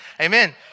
Amen